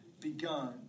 begun